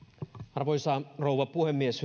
arvoisa rouva puhemies